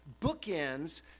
bookends